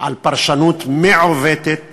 על פרשנות מעוותת